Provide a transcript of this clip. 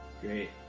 Great